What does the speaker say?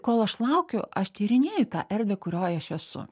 kol aš laukiu aš tyrinėju tą erdvę kurioj aš esu